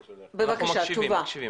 בבקשה, תשובה.